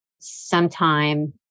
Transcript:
sometime